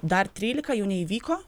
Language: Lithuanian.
dar trylika jų neįvyko